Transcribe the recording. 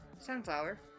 sunflower